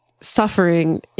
suffering